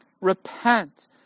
Repent